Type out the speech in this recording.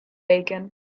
bacon